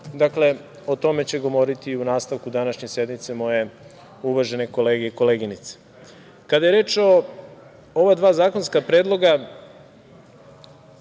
dakle, o tome će govoriti u nastavku današnje sednice moje uvažene kolege i koleginice. Kada je reč o ova dva zakonska predloga,